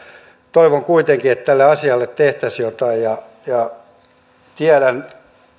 toivon kuitenkin että tälle asialle tehtäisiin jotain tiedän